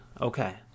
Okay